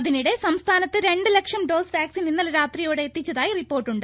അതിനിടെ സംസ്ഥാനത്ത് രണ്ട് ലക്ഷം ഡോസ് വാക്സിൻ ഇന്നലെ രാത്രിയോടെ എത്തിച്ചതായി റിപ്പോർട്ടുണ്ട്